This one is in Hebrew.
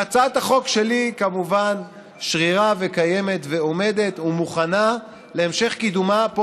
והצעת החוק שלי כמובן שרירה וקיימת ועומדת ומוכנה להמשך קידומה פה